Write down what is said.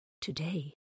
Today